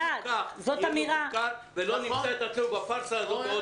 שלא נמצא את עצמנו בפארסה הזאת שוב.